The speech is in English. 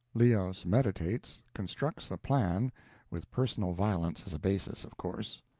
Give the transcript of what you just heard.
leos meditates, constructs a plan with personal violence as a basis, of course.